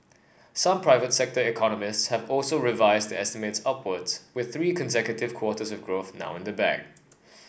some private sector economists have also revised their estimates upwards with three consecutive quarters of growth now in the bag